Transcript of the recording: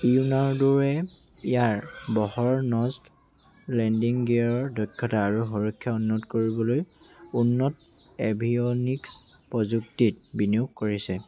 লিওনাৰ্ডোয়ে ইয়াৰ বহৰ nose landing gear দক্ষতা আৰু সুৰক্ষা উন্নত কৰিবলৈ উন্নত এভিঅ'নিক্স প্ৰযুক্তিত বিনিয়োগ কৰিছে